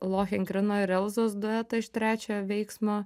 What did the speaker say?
lohengrino ir elzos duetą iš trečiojo veiksmo